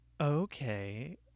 okay